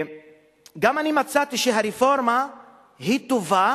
אני גם מצאתי שהרפורמה טובה